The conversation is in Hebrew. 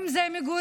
אם זה מגורים,